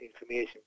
information